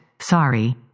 Sorry